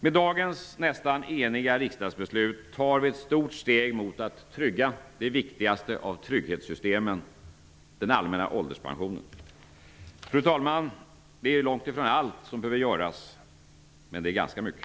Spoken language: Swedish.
Med dagens nästan eniga riksdagsbeslut tar vi ett stort steg mot att trygga det viktigaste av trygghetssystemen -- den allmänna ålderspensionen. Fru talman! Det är långtifrån allt som behöver göras, men det är ganska mycket.